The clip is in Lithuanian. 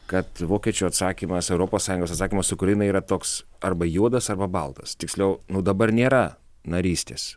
kad vokiečių atsakymas europos sąjungos atsakymas ukrainai yra toks arba juodas arba baltas tiksliau nu dabar nėra narystės